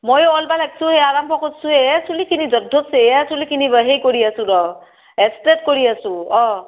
মই ওলাব লাগিছো এ আৰম্ভ কৰিছো এ চুলিখিনি জঁট ধৰিছে এ চুলিখিনি হেৰি কৰি আছো ৰ' এ ষ্ট্ৰেট কৰি আছো অ'